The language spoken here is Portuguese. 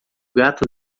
gato